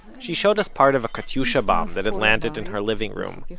she showed us part of a katyusha bomb, that and landed in her living room,